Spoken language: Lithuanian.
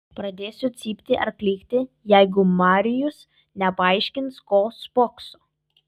pradėsiu cypti ar klykti jeigu marijus nepaaiškins ko spokso